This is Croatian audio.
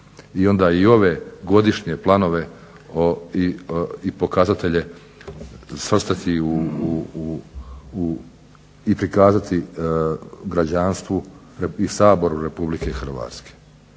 onda i ove godišnje planove i pokazatelje svrstati i prikazati građanstvu i Saboru Republike Hrvatske.